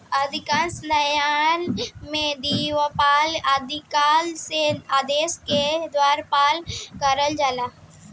अधिकांश न्यायालय में दिवालियापन अदालत के आदेश के द्वारा लगावल जाला